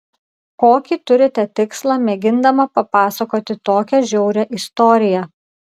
kokį turite tikslą mėgindama papasakoti tokią žiaurią istoriją